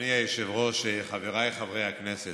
אדוני היושב-ראש, חבריי חברי הכנסת,